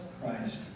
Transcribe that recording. Christ